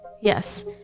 yes